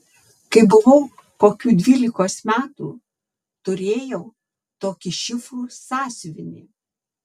kai buvau kokių dvylikos metų turėjau tokį šifrų sąsiuvinį